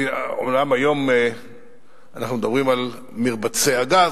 אומנם היום אנחנו מדברים על מרבצי הגז,